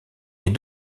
les